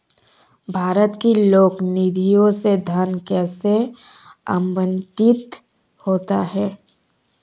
भारत की लोक निधियों से धन कैसे आवंटित होता है?